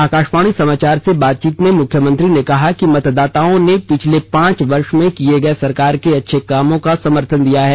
आकाशवाणी समाचार से बातचीत में मुख्यमंत्री ने कहा कि मतदाताओं ने पिछले पांच वर्ष में किए गए सरकार के अच्छे कामों को समर्थन दिया है